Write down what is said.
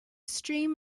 stream